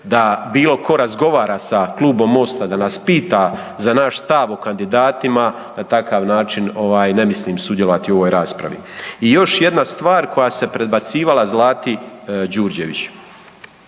da bilo ko razgovara sa klubom Mosta, da nas pita za naš stav o kandidatima, na takav način ne mislim sudjelovati u ovoj raspravi. I još jedna stvar koja se predbacivala Zlati Đurđević.